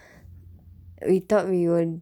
we thought we won't